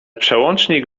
przełącznik